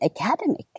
academic